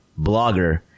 blogger